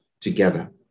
together